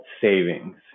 savings